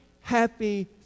happy